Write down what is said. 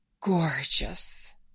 gorgeous